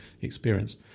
experience